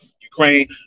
Ukraine